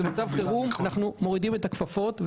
במצב חירום, אנחנו מורידים את הכפפות.